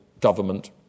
government